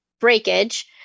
breakage